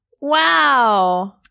wow